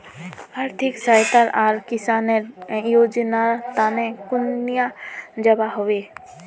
आर्थिक सहायता आर किसानेर योजना तने कुनियाँ जबा होबे?